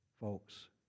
Folks